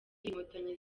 inkotanyi